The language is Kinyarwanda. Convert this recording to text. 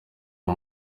uwo